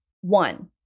One